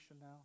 now